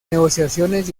negociaciones